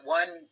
one